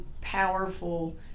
powerful